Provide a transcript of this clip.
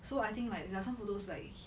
so I think like there are some photos like he